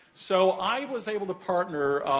so, i was able to partner,